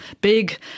big